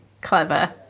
clever